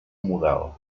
model